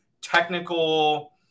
technical